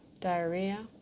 Diarrhea